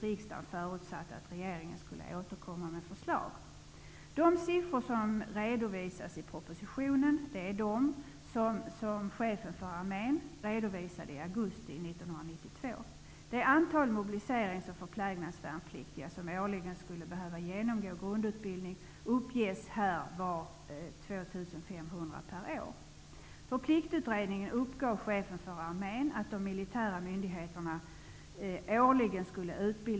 Riksdagen förutsatte att regeringen skulle återkomma med förslag om detta. De siffror som redovisas i propositionen är de som Chefen för armén redovisade i augusti 1992. Det antal mobiliserings och förplägnadsvärnpliktiga som årligen skulle behöva genomgå grundutbildning uppges här vara 2 500 per år.